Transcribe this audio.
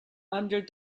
under